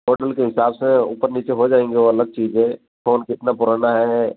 total के हिसाब से ऊपर नीचे हो जाएँगे वह अलग चीज़ है फ़ोन कितना पुराना है